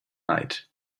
night